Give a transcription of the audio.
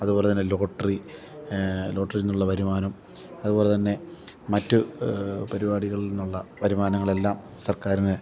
അതുപോലെത്തന്നെ ലോട്രീ ലോട്രീൽനിന്നുള്ള വരുമാനം അതുപോലെത്തന്നെ മറ്റ് പരിപാടികളിൽനിന്നുള്ള വരുമാനങ്ങളെല്ലാം സർക്കാരിന്